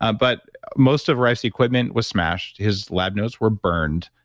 ah but most of rife's equipment was smashed, his lab notes were burned.